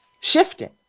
shifting